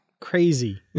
Crazy